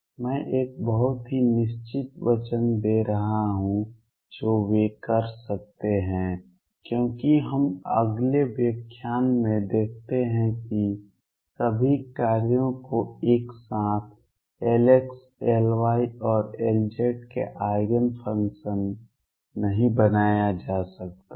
मैं एक बहुत ही निश्चित वचन नहीं दे रहा हूं जो वे कर सकते हैं क्योंकि हम अगले व्याख्यान में देखते हैं कि सभी कार्यों को एक साथ Lx Ly और Lz के आइगेन फंक्शन नहीं बनाया जा सकता है